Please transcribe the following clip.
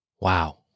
Wow